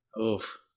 Oof